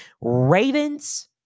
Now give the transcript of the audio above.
Ravens